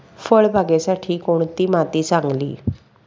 फळबागेसाठी कोणती माती चांगली?